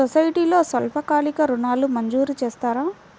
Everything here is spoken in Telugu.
సొసైటీలో స్వల్పకాలిక ఋణాలు మంజూరు చేస్తారా?